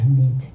meet